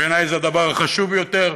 בעיני זה הדבר החשוב ביותר,